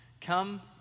Come